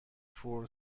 فور